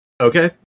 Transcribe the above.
Okay